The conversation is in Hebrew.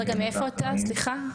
אז רגע, מאיפה אתה, סליחה?